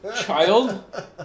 child